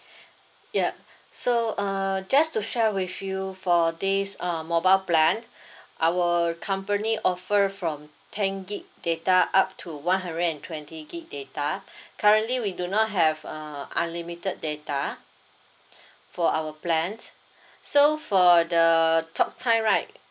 yup so err just to share with you for this um mobile plan our company offer from ten gig data up to one hundred and twenty gig data currently we do not have uh unlimited data for our plans so for the talktime right